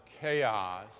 chaos